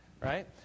right